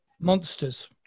monsters